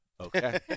Okay